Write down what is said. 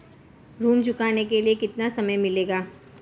ऋण चुकाने के लिए कितना समय मिलेगा?